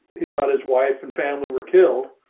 he thought his wife and family were killed.